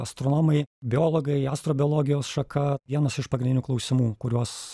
astronomai biologai astrobiologijos šaka vienas iš pagrindinių klausimų kuriuos